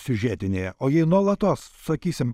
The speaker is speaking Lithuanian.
siužetinėje o jei nuolatos sakysim